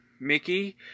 Mickey